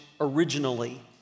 originally